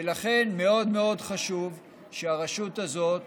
ולכן מאוד מאוד חשוב שהרשות הזאת